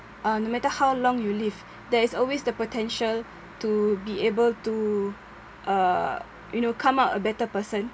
uh no matter how long you live there is always the potential to be able to uh you know come out a better person